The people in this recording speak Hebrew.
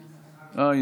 אה,